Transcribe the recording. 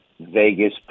Vegas